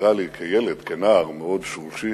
שנראה לי, כילד, כנער, מאוד שורשי,